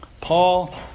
Paul